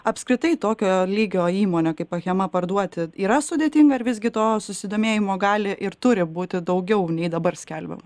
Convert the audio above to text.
apskritai tokio lygio įmonę kaip achema parduoti yra sudėtinga ar visgi to susidomėjimo gali ir turi būti daugiau nei dabar skelbiama